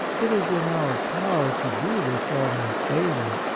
it is in our power to do this almost daily,